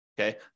okay